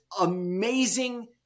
amazing